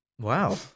Wow